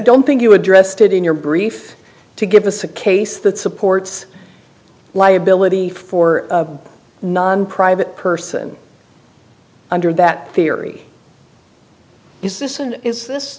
don't think you addressed it in your brief to give us a case that supports liability for non private person under that theory is this and is this